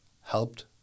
helped